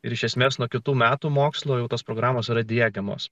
ir iš esmės nuo kitų metų mokslo jau tos programos yra diegiamos